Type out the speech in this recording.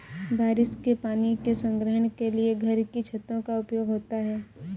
बारिश के पानी के संग्रहण के लिए घर की छतों का उपयोग होता है